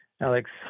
Alex